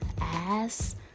ass